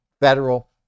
Federal